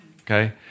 Okay